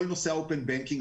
כל נושא ה-אופן בקינג,